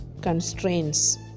constraints